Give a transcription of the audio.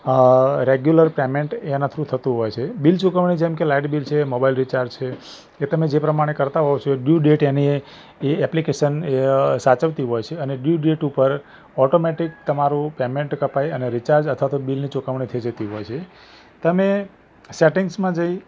અ regular payment એનાં through થતું હોય છે બિલ ચૂકવણી જેમ કે લાઈટ બિલ છે મોબાઈલ રીચાર્જ છે એ તમે જે પ્રમાણે કરતા હોવ છો ડ્યુ ડેટ એ એની એ ઍપ્લિકેશન અ સાચવતી હોય છે અને ડયુ ડેટ ઉપર ઑટોમેટિક તમારું પેમૅન્ટ કપાય અને રીચાર્જ અથવા તો બિલની ચૂકવણી થઇ જતી હોય છે તમે સૅટિંગ્સમાં જઈ